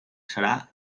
serà